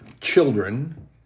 children